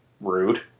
rude